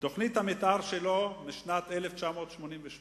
תוכנית המיתאר שלו לשנת 1988,